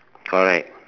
correct